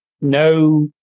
No